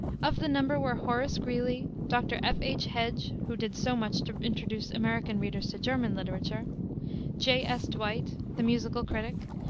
of the number were horace greeley, dr. f. h. hedge who did so much to introduce american readers to german literature j. s. dwight, the musical critic,